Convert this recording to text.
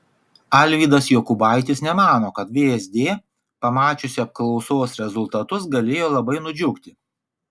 alvydas jokubaitis nemano kad vsd pamačiusi apklausos rezultatus galėjo labai nudžiugti